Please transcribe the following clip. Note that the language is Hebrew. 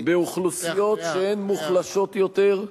באוכלוסיות שהן מוחלשות יותר,